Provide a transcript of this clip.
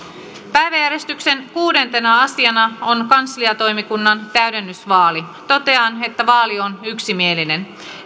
päiväjärjestyksen kuudentena asiana on kansliatoimikunnan täydennysvaali totean että vaali on yksimielinen